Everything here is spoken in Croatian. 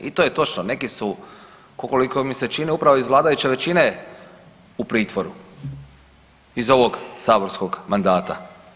I to je točno, neki su koliko mi se čini upravo iz vladajuće većine u pritvoru iz ovog saborskog mandata.